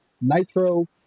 Nitro